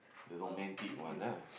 the romantic one lah